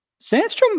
Sandstrom